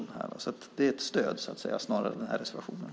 Den här reservationen är alltså snarare ett stöd.